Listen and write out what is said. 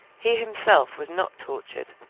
he himself was not tortured,